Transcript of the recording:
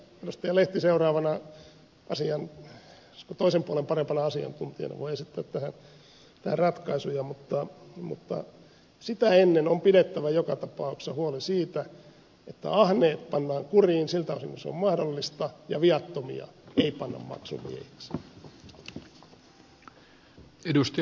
lehti seuraavana asian toisen puolen parempana asiantuntijana voi esittää tähän ratkaisuja mutta sitä ennen on pidettävä joka tapauksessa huoli siitä että ahneet pannaan kuriin siltä osin kuin se on mahdollista ja viattomia ei panna maksumiehiksi